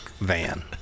van